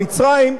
מצרים,